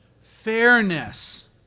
fairness